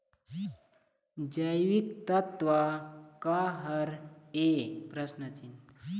जैविकतत्व का हर ए?